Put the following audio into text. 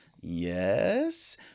Yes